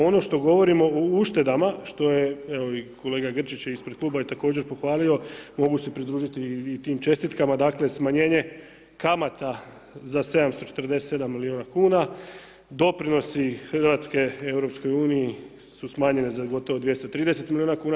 Ono što govorimo o uštedama, što je, evo kolega Grčić je ispred kluba je također pohvalio, mogu se pridruž9iti tim čestitkama, dakle, smanjenje kamata za 747 milijuna kn, doprinosi Hrvatske EU, su smanjenje gotovo 230 milijuna kn.